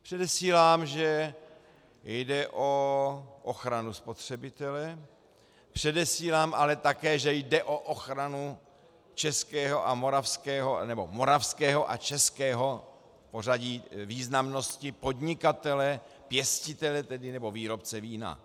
Předesílám, že jde o ochranu spotřebitele, předesílám ale také, že jde o ochranu českého a moravského, nebo moravského a českého v pořadí významnosti, podnikatele, pěstitele nebo výrobce vína.